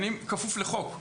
אני כפוף לחוק.